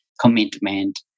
commitment